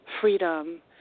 freedom